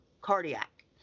cardiac